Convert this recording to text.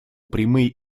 прямые